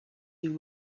you